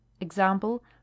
Example